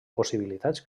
possibilitats